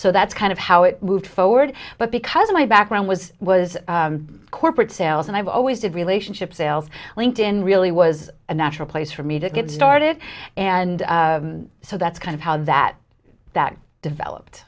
so that's kind of how it moved forward but because my background was was corporate sales and i've always had relationships sales linked in really was a natural place for me to get started and so that's kind of how that that developed